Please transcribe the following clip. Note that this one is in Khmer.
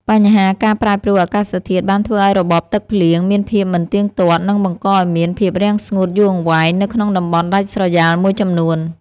បញ្ហាការប្រែប្រួលអាកាសធាតុបានធ្វើឱ្យរបបទឹកភ្លៀងមានភាពមិនទៀងទាត់ និងបង្កឱ្យមានភាពរាំងស្ងួតយូរអង្វែងនៅក្នុងតំបន់ដាច់ស្រយាលមួយចំនួន។